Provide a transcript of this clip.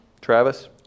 Travis